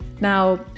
Now